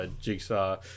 Jigsaw